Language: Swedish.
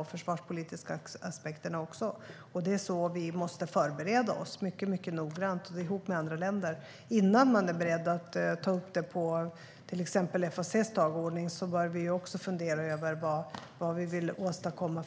och försvarspolitiska aspekterna. Det är på det sättet vi måste förbereda oss, mycket noggrant och ihop med andra länder. Innan man är beredd att ta upp det på till exempel FAC:s dagordning bör vi också fundera över vilket slutresultat vi vill åstadkomma.